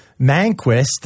Manquist